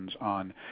on